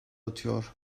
atıyor